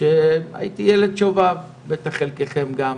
שהייתי ילד שובב, בטח חלקכם גם